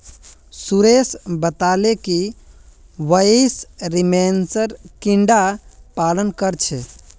सुरेश बताले कि वहेइं रेशमेर कीड़ा पालन कर छे